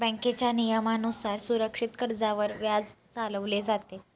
बँकेच्या नियमानुसार सुरक्षित कर्जावर व्याज चालवले जाते